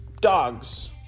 dogs